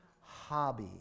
hobby